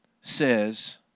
says